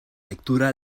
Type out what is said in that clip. lectura